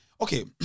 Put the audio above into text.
okay